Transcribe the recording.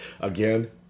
Again